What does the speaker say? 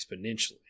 exponentially